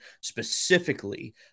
specifically